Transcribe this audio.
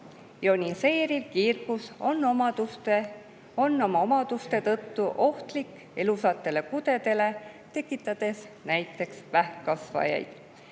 "Ioniseeriv kiirgus on aga oma omaduste tõttu ohtlik elusatele kudedele, tekitades näiteks vähkkasvajaid."